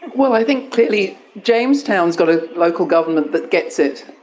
well, i think clearly jamestown has got a local government that gets it,